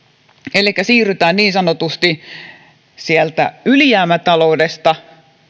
elikkä siirrytään niin sanotusti sieltä ylijäämätaloudesta